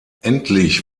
endlich